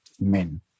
men